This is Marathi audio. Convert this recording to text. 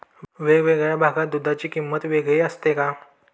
वेगवेगळ्या भागात दूधाची किंमत वेगळी असते का?